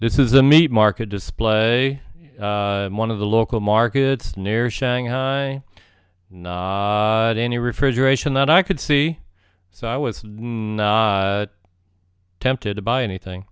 this is the meat market display one of the local markets near shanghai any refrigeration that i could see so i was tempted to buy anything